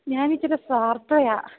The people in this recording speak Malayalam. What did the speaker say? ഞാനിച്ചിരി സ്വാർത്ഥയാ